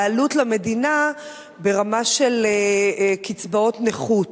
העלות למדינה ברמה של קצבאות נכות,